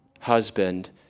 husband